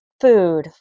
food